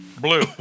Blue